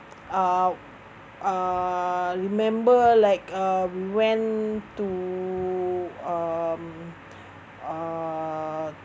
uh err remember like um went to um uh